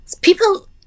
people